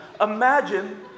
Imagine